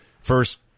first